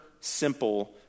simple